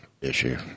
issue